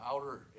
outer